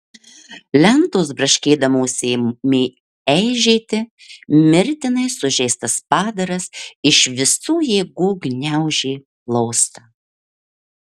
lentos braškėdamos ėmė eižėti mirtinai sužeistas padaras iš visų jėgų gniaužė plaustą